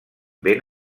ben